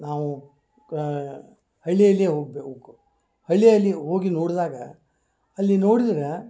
ನಾವು ಹಳ್ಳಿಯಲ್ಲಿಯೇ ಹೋಗ್ಬೆ ಹೊಗ್ಬೇಕು ಹಳ್ಳಿಯಲ್ಲಿ ಹೋಗಿ ನೋಡಿದಾಗ ಅಲ್ಲಿ ನೋಡಿದ್ರೆ